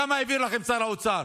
כמה העביר לכם שר האוצר?